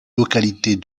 localités